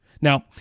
Now